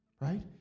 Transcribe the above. right